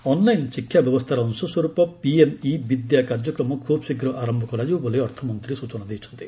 online ଶିକ୍ଷା ବ୍ୟବସ୍ଥାର ଅଂଶ ସ୍ୱରୂପ ପିଏମ୍ ଇ ବିଦ୍ୟା କାର୍ଯ୍ୟକ୍ରମ ଖୁବ୍ଶୀଘ୍ର ଆରମ୍ଭ କରାଯିବ ବୋଲି ଅର୍ଥମନ୍ତ୍ରୀ ସୂଚନା ଦେଇଛନ୍ତି